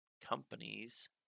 companies